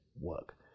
work